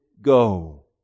go